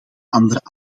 andere